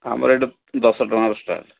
ଆମର ଏଇଠି ଦଶ ଟଙ୍କାରୁ ଷ୍ଟାର୍ଟ୍